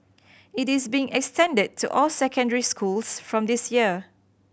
it is being extended to all secondary schools from this year